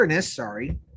sorry